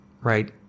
right